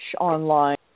online